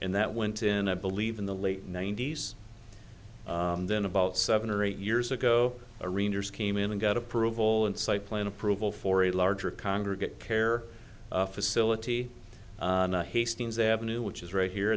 and that went in i believe in the late ninety's then about seven or eight years ago a rangers came in and got approval insight plan approval for a larger congregate care facility hastings avenue which is right here